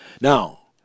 Now